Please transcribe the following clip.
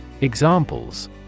Examples